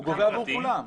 הוא גובה עבור כולם.